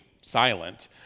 silent